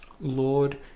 Lord